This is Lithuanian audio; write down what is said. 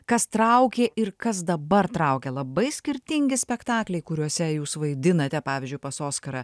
kas traukė ir kas dabar traukia labai skirtingi spektakliai kuriuose jūs vaidinate pavyzdžiui pas oskarą